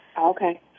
Okay